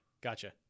Gotcha